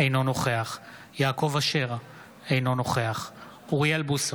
אינו נוכח יעקב אשר, אינו נוכח אוריאל בוסו,